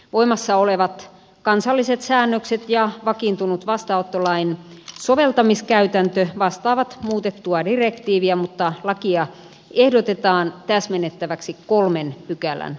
voimassa olevat kansalliset säännökset ja vakiintunut vastaanottolain soveltamiskäytäntö vastaavat muutettua direktiiviä mutta lakia ehdotetaan täsmennettäväksi kolmen pykälän osalta